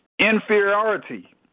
inferiority